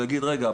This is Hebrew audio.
ויגיד רגע,